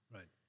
Right